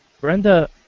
Brenda